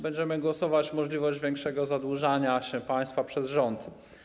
Będziemy głosować nad możliwością większego zadłużania się państwa przez rząd.